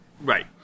Right